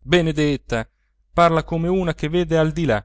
benedetta parla come una che vede al di là